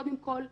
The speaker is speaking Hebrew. קודם כול,